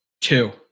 Two